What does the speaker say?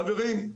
חברים,